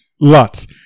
lots